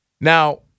Now